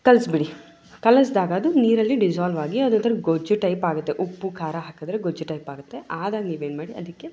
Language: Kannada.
ಕಲಸ್ಬಿಡಿ ಕಲಸಿದಾಗ ಅದು ನೀರಲ್ಲಿ ಡಿಸಾಲ್ವ್ ಆಗಿ ಒಂಥರ ಗೊಜ್ಜು ಟೈಪಾಗುತ್ತೆ ಉಪ್ಪು ಖಾರ ಹಾಕಿದ್ರೆ ಗೊಜ್ಜು ಟೈಪಾಗುತ್ತೆ ಆಗ ನೀವೇನುಮಾಡಿ ಅದಕ್ಕೆ